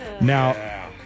Now